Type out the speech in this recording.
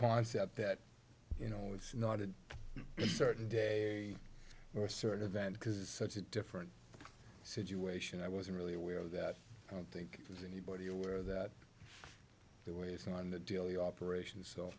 concept that you know it's not a certain day or certain event because it's such a different situation i wasn't really aware of that i don't think there's anybody aware that the way it's on the deal the operation so